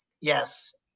yes